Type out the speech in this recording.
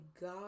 God